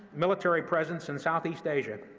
military presence, in southeast asia,